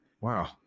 Wow